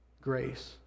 grace